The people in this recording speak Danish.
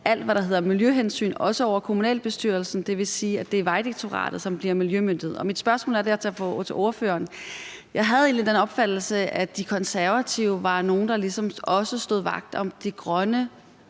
alt, hvad der hedder miljøhensyn, og også over kommunalbestyrelsen, og det vil sige, at det er Vejdirektoratet, som bliver miljømyndighed. Jeg har derfor et spørgsmål til ordføreren. Jeg havde egentlig også den opfattelse, at De Konservative ligesom var nogle, der stod vagt om det grønne,